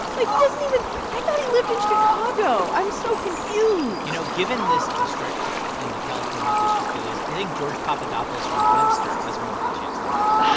like, he doesn't even i thought he lived in chicago. i'm so confused you know, given this district in the california district it is, i think george papadopoulos from webster has more of a chance of winning